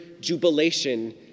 jubilation